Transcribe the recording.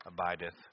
abideth